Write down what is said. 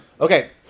Okay